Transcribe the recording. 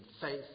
faith